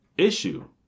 issue